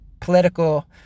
political